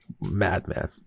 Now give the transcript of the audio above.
madman